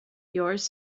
yours